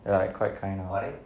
they are like quite kind ah